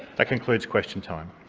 that concludes question time.